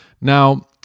Now